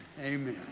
Amen